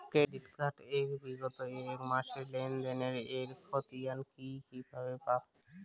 Credit card এর বিগত এক মাসের লেনদেন এর ক্ষতিয়ান কি কিভাবে পাব?